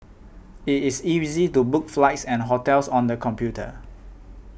it is easy to book flights and hotels on the computer